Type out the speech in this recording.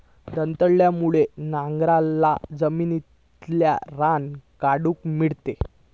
दंताळ्यामुळे नांगरलाल्या जमिनितला रान काढूक मेळता